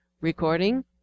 Recording